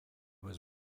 was